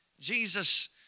Jesus